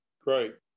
great